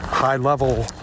high-level